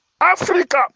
Africa